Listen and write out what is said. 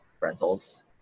rentals